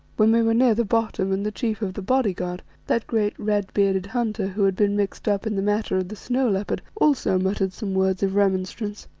when we were near the bottom and the chief of the bodyguard, that great red-bearded hunter who had been mixed up in the matter of the snow-leopard also muttered some words of remonstrance.